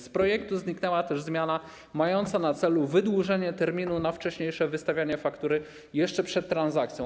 Z projektu zniknęła też zmiana mająca na celu wydłużenie terminu na wcześniejsze wystawianie faktury jeszcze przed transakcją.